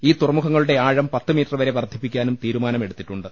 ഈ തുറമുഖ ങ്ങളുടെ ആഴം പത്ത് മീറ്റർ വർദ്ധിപ്പിക്കാനും തീരു മാനമെടുത്തിട്ടുണ്ട്